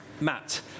Matt